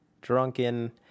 drunken